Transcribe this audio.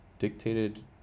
dictated